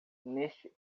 neste